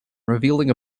revealing